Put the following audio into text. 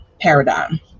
paradigm